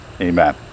amen